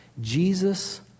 Jesus